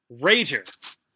rager